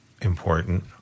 important